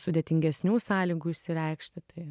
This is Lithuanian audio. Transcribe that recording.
sudėtingesnių sąlygų išsireikšti tai